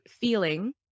feeling